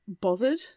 bothered